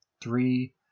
Three